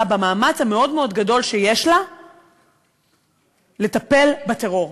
במאמץ המאוד-מאוד גדול שלה לטפל בטרור.